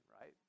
right